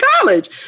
college